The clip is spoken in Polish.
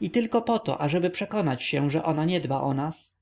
i tylko poto ażeby przekonać się że ona nie dba o nas